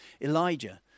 Elijah